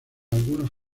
algunos